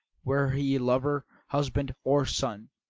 were he lover, husband, or son.